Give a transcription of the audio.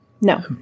No